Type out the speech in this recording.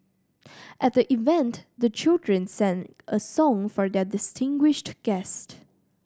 at the event the children sang a song for their distinguished guest